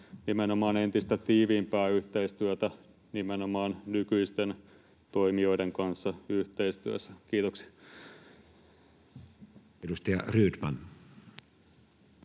nimenomaan entistä tiiviimpää yhteistyötä nimenomaan nykyisten toimijoiden kanssa yhteistyössä. — Kiitoksia.